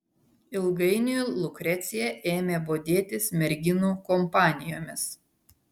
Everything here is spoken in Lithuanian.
ilgainiui lukrecija ėmė bodėtis merginų kompanijomis